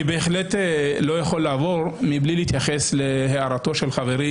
אני בהחלט לא יכול להמשיך מבלי להתייחס להערתו של חברי,